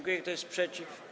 Kto jest przeciw?